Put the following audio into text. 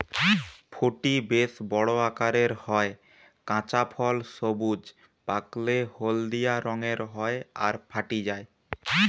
ফুটি বেশ বড় আকারের হয়, কাঁচা ফল সবুজ, পাকলে হলদিয়া রঙের হয় আর ফাটি যায়